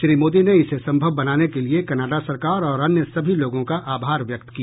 श्री मोदी ने इसे संभव बनाने के लिए कनाडा सरकार और अन्य सभी लोगों का आभार व्यक्त किया